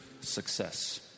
success